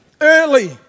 Early